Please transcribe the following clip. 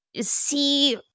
see